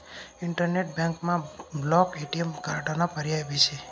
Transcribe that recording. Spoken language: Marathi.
इंटरनेट बँकमा ब्लॉक ए.टी.एम कार्डाना पर्याय भी शे